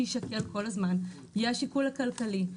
שיישקל כל הזמן יהיה השיקול הכלכלי.